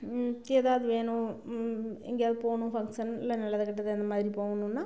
ஏதாவது வேணும் எங்கேயாவுது போகணும் ஃபங்க்ஷன் இல்லை நல்லது கெட்டது அந்த மாதிரி போகணுன்னா